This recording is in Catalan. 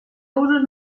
usos